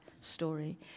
story